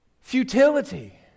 futility